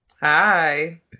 Hi